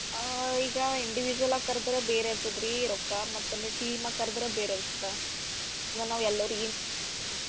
ಈಗ ಇಂಡಿವಿಜುವಲ್ಲಾಗಿ ಕರ್ದ್ರೆ ಬೇರೆ ಇರ್ತದ ರೀ ರೊಕ್ಕ ಮತ್ತನೆ ಟೀಮಾಗಿ ಕರ್ದ್ರೆ ಬೇರೆ ಇರ್ತದ ಹಾಂ ನಾವು ಎಲ್ಲೊರಿಗಿ